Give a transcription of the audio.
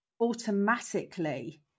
automatically